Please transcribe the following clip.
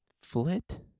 Flit